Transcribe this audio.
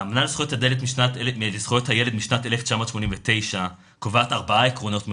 האמנה לזכויות הילד משנת 1989 קובעת ארבעה עקרונות מרכזיים: